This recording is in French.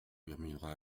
murmura